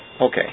Okay